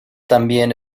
también